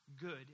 good